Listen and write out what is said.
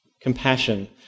Compassion